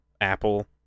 Apple